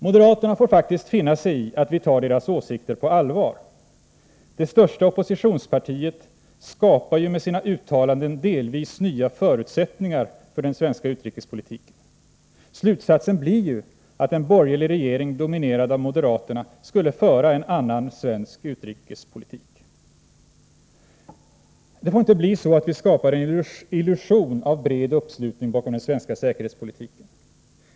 Moderaterna får faktiskt finna sig i att vi tar deras åsikter på allvar. Det största oppositionspartiet skapar ju med sina uttalanden delvis nya förutsättningar för den svenska utrikespolitiken. Slutsatsen blir att en borgerlig regering dominerad av moderaterna skulle föra en annan svensk utrikespolitik. Det får inte bli så att vi skapar en illusion av bred uppslutning bakom den svenska säkerhetspolitiken.